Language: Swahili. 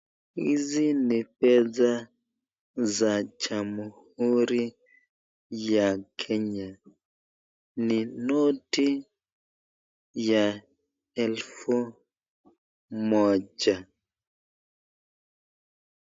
Hizi ni pesa za jamhuri ya Kenya. Ni noti ya elfu moja.